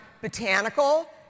Botanical